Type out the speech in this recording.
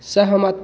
सहमत